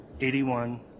eighty-one